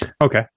Okay